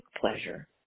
pleasure